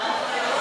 זה לא על סדר-היום.